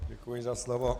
Děkuji za slovo.